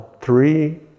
three